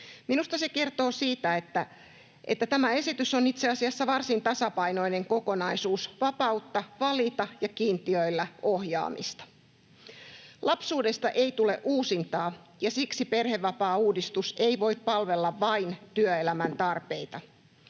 Minusta se kertoo siitä, että tämä esitys on itse asiassa varsin tasapainoinen kokonaisuus vapautta valita ja kiintiöillä ohjaamista. Lapsuudesta ei tule uusintaa, ja siksi perhevapaauudistus ei voi palvella vain työelämän tarpeita,